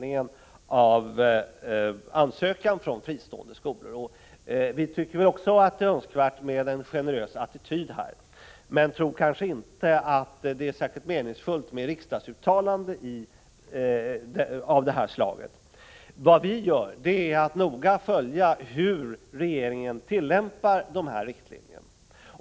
1985/86:32 lingen av ansökningar från fristående skolor. Även vi tycker att det är 20 november 1985 önskvärt att man intar en generös attityd, men tror inte att det är särskilt. ZIG NE meningsfullt med ett riksdagsuttalande av det här slaget. För vår del följer vi noga regeringens tillämpning av riktlinjerna.